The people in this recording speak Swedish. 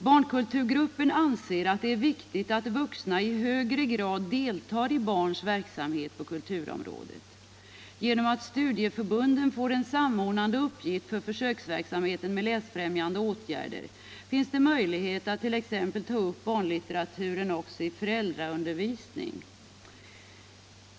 Barnkulturgruppen anser att det är viktigt att vuxna i högre grad deltar i barns verksamhet på kulturområdet. Genom att studieförbunden får en samordnande uppgift för försöksverksamheten med läsfrämjande åtgärder finns det möjlighet att t.ex. ta upp barnlitteratur i föräldraundervisning.